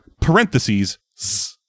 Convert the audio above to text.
parentheses